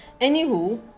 anywho